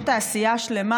יש תעשייה שלמה